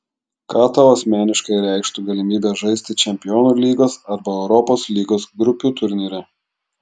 ką tau asmeniškai reikštų galimybė žaisti čempionų lygos arba europos lygos grupių turnyre